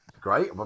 great